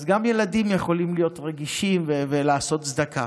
אז גם ילדים יכולים להיות רגישים ולעשות צדקה.